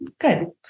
Good